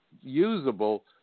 usable